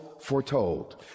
foretold